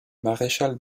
maréchal